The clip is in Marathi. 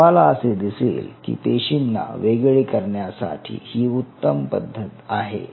तुम्हाला असे दिसेल की पेशींना वेगळे करण्यासाठी ही उत्तम पद्धत आहे